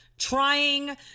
trying